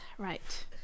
right